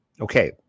Okay